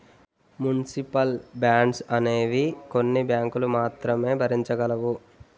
municipal bonds అనేవి కొన్ని బ్యాంకులు మాత్రమే భరించగలవు